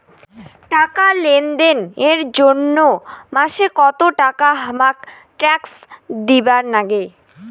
টাকা লেনদেন এর জইন্যে মাসে কত টাকা হামাক ট্যাক্স দিবার নাগে?